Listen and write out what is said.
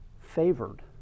favored